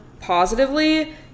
positively